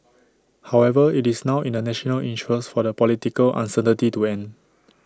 however IT is now in the national interest for the political uncertainty to end